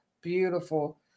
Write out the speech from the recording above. beautiful